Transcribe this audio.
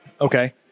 Okay